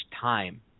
time